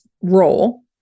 role